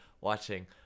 watching